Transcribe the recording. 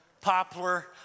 Poplar